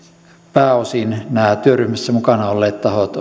pääosin nämä työryhmissä mukana olleet tahot